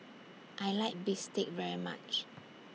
I like Bistake very much